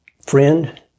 friend